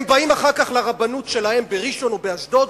הם באים אחר כך לרבנות שלהם בראשון או באשדוד,